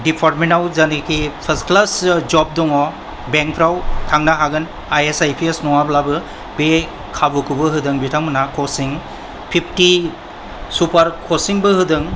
डिपार्टमेन्टाव जायनाखि first class जब दङ बेंकफ्राव थांनो हागोन I A S I P S नङाब्लाबो बे खाबुखौबो होदों बिथां मोनहा कचिं फिवटि सुपार कचिंबो होदों